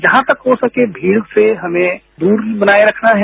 जहां तक हो सके भीड़ से हमें दूरी बनाए रखना है